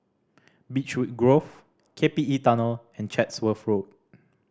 Beechwood Grove K P E Tunnel and Chatsworth Road